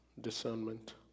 discernment